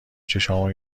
چشامو